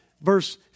Verse